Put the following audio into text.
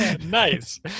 Nice